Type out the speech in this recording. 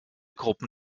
gruppen